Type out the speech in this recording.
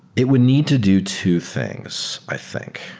it would need to do two things i think.